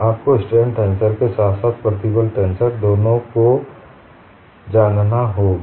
आपको strain tensor के साथ साथ प्रतिबल टेंसर दोनों को जानना होगा